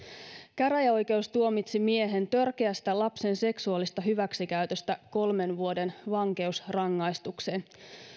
käräjäoikeus tuomitsi miehen törkeästä lapsen seksuaalisesta hyväksikäytöstä kolmen vuoden vankeusrangaistukseen